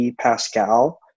Pascal